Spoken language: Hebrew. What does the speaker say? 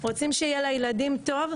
רוצים שיהיה לילדים טוב,